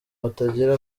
batagira